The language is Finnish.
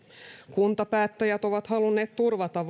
kuntapäättäjät ovat halunneet turvata